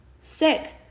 sick